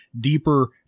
deeper